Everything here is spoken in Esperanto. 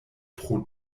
pro